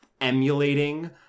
emulating